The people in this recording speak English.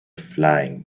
flying